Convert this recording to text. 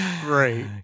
Great